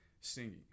singing